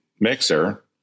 mixer